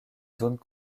zones